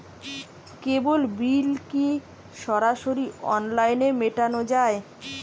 কেবল bill কি সরাসরি অনলাইনে মেটানো য়ায়?